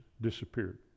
disappeared